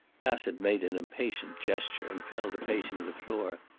bassett made an impatient gesture, and fell to pacing the floor.